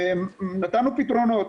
ונתנו פתרונות.